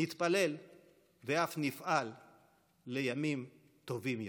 נתפלל ואף נפעל לימים טובים יותר.